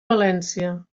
valència